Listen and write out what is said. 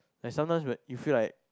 like sometimes whe~ you feel like